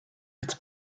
its